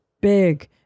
big